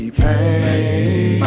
pain